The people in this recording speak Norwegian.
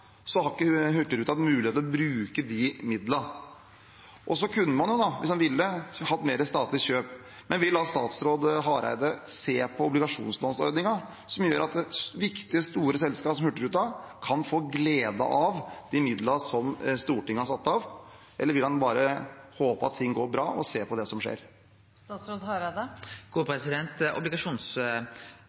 så har ikke Hurtigruten hatt mulighet til å bruke de midlene. Og så kunne man jo, hvis man ville, hatt mer statlig kjøp. Vil statsråd Hareide se på obligasjonslånsordningen, som gjør at store, viktige selskaper som Hurtigruten kan få glede av de midlene som Stortinget har satt av, eller vil han bare håpe at ting går bra, og se på det som skjer?